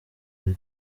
kuri